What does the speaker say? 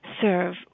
serve